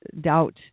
doubt